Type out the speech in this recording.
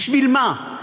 בשביל מה?